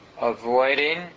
avoiding